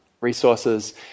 resources